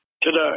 today